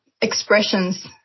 expressions